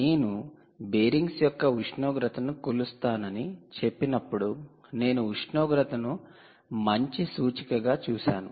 నేను బేరింగ్స్ యొక్క ఉష్ణోగ్రతను కొలుస్తానని చెప్పినప్పుడు నేను ఉష్ణోగ్రతని మంచి సూచిక గా చూశాను